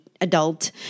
adult